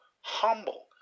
humble